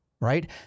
Right